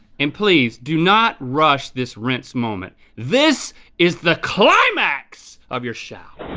and please do not rush this rinse moment. this is the climax of your shower.